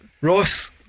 Ross